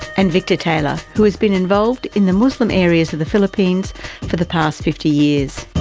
and victor taylor who has been involved in the muslim areas of the philippines for the past fifty years.